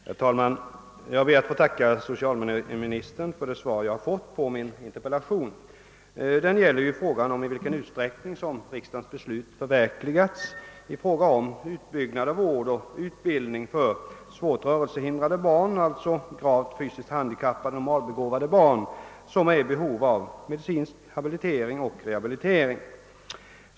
Herr talman! Jag ber att få tacka socialministern för det svar jag har fått på min interpellation. Den gäller i vilken utsträckning riksdagens beslut förverkligats i fråga om utbyggnad av vård och utbildning för svårt rörelsehindrade — alltså gravt fysiskt handikappade och normalbegåvade barn, vilka är i behov av medicinsk habilitering och rehabilitering.